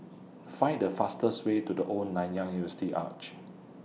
Find The fastest Way to The Old Nanyang University Arch